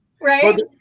Right